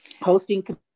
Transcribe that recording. hosting